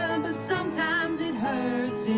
and sometimes it hurts